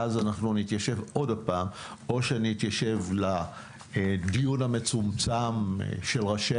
ואז נתיישב עוד פעם או שנתיישב לדיון המצומצם של ראשי